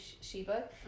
Sheba